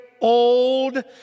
old